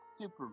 super